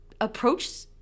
approach